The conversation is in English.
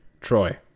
Troy